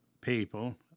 people